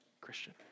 Christian